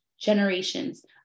generations